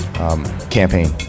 Campaign